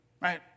right